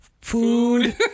food